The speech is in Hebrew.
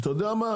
אתה יודע מה?